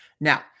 Now